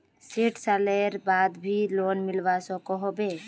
सैट सालेर बाद भी लोन मिलवा सकोहो होबे?